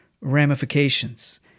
ramifications